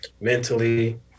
mentally